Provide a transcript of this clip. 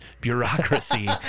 bureaucracy